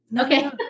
Okay